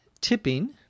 tipping